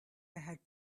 had